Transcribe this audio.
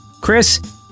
Chris